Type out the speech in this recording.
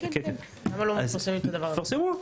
אז תפרסמו.